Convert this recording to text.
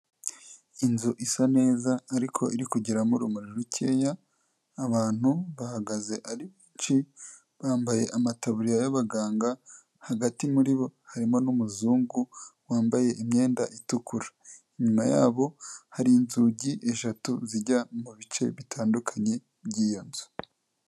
Inzu isa neza ariko iri kugiramo urumuri rukeya, abantu bahagaze ari benshi bambaye amataburiya y'abaganga hagati muri bo harimo n'umuzungu wambaye imyenda itukura, inyuma yabo hari inzugi eshatu zijya mu bice bitandukanye by'iyo nzu.